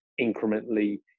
incrementally